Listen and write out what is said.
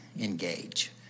engage